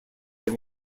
have